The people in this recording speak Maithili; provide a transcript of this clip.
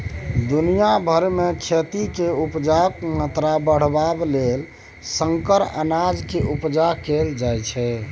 दुनिया भरि मे खेती केर उपजाक मात्रा बढ़ाबय लेल संकर अनाज केर उपजा कएल जा रहल छै